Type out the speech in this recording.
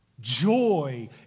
Joy